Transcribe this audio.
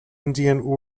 indian